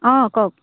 অঁ কওক